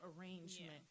arrangement